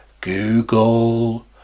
Google